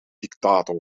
dictator